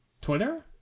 Twitter